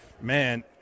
Man